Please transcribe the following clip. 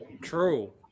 True